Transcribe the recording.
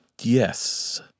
Yes